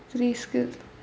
three skills